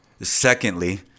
Secondly